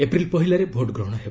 April ପହିଲାରେ ଭୋଟ୍ଗ୍ରହଣ ହେବ